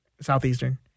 Southeastern